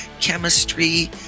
chemistry